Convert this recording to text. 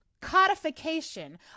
codification